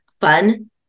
fun